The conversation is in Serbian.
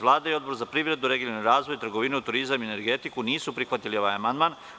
Vlada i Odbor za privredu, regionalni razvoj, trgovinu, turizam i energetiku nisu prihvatili amandman.